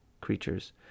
Creatures